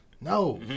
No